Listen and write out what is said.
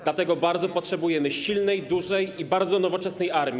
Dlatego bardzo potrzebujemy silnej, dużej i bardzo nowoczesnej armii.